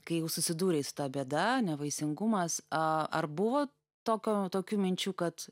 kai jau susidūrei su ta bėda nevaisingumas a ar buvo tokio tokių minčių kad